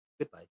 Goodbye